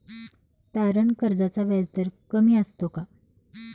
तारण कर्जाचा व्याजदर कमी असतो का?